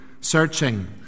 searching